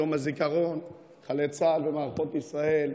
יום הזיכרון לחללי צה"ל ומערכות ישראל,